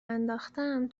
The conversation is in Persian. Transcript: انداختم